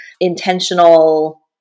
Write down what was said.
intentional